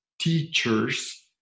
teachers